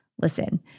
Listen